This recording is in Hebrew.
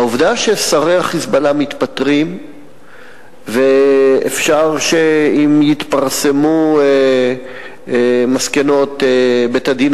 העובדה ששרי ה"חיזבאללה" מתפטרים ואפשר שאם יתפרסמו מסקנות בית-הדין